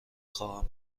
خواهم